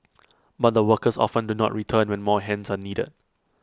but the workers often do not return when more hands are needed